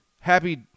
happy